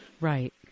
Right